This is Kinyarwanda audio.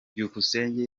byukusenge